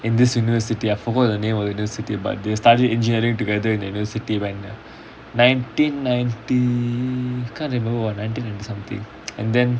in this university I forgot the name of the university but they study engineering together in the university when nineteen ninety can't remember what nineteen ninety something and then